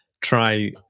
try